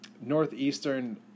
Northeastern